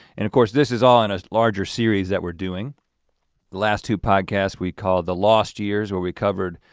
and of course, this is all in a larger series that we're doing. the last two podcasts we called the lost years where we covered